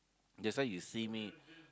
that's why you see me